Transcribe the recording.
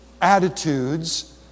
Attitudes